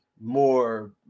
more